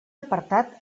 apartat